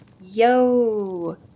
Yo